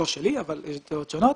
לא שלי, אבל דעות שונות.